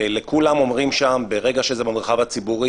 ולכולם אומרים שם: ברגע שזה במרחב הציבור,